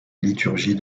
liturgie